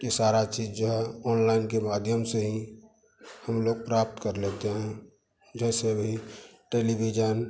यह सारी चीज़ जो है ऑनलाइन के माध्यम से हीं हम लोग प्राप्त कर लेते हैं जैसे अभी टेलीविजन